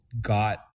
Got